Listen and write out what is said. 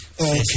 Okay